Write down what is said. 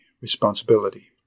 Responsibility